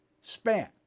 span